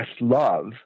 love